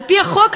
על-פי החוק,